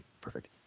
perfect